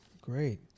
Great